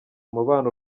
umubano